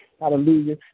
Hallelujah